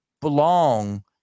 belong